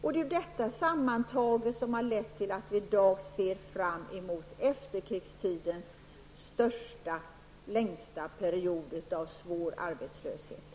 Och det är detta sammantaget som har lett till att vi i dag ser fram emot efterkrigstidens längsta period av svår arbetslöshet.